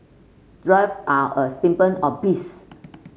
drive are a symbol of peace